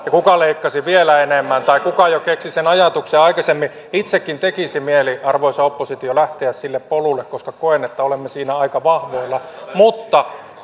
ja kuka leikkasi vielä enemmän tai kuka jo keksi sen ajatuksen aikaisemmin itsekin tekisi mieli arvoisa oppositio lähteä sille polulle koska koen että olemme siinä aika vahvoilla mutta